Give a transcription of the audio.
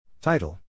Title